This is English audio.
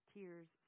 Tears